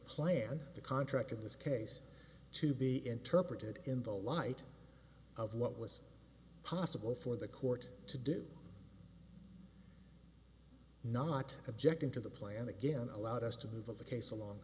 plan the contract in this case to be interpreted in the light of what was possible for the court to do not objecting to the plan again allowed us to move the case along